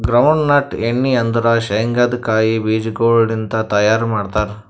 ground nut ಎಣ್ಣಿ ಅಂದುರ್ ಶೇಂಗದ್ ಕಾಯಿ ಬೀಜಗೊಳ್ ಲಿಂತ್ ತೈಯಾರ್ ಮಾಡ್ತಾರ್